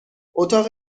اتاق